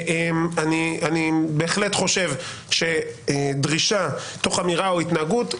אני בהחלט חושב שדרישה תוך אמירה או התנהגות,